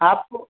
आपको